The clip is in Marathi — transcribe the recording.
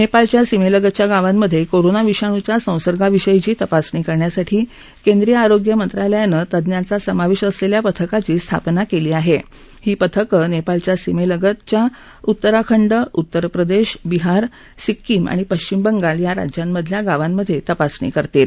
नग्राळच्या सीमल्रातच्या गावांमध्यक्रीरोना विषाणूच्या संसर्गाविषयीची तपासणी करण्यासाठी केंद्रीय आरोग्य मंत्रालयानं तज्ञांचा समावध्व असलस्विा पथकांची स्थापना कली आहा ही पथक नप्रळिच्या सीमस्तीच्या उत्तराखंड उत्तर प्रदंध बिहार सिक्कीम आणि पश्चिम बंगाल या राज्यांमधल्या गावांमध्यविपासणी करतील